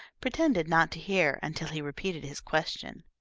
pretended not to hear until he repeated his question.